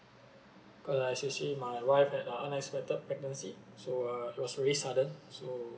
cause uh actually my wife had a unexpected pregnancy so uh it was very sudden so